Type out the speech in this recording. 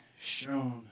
shown